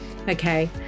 Okay